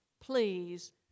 Please